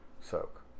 soak